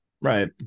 Right